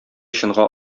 чынга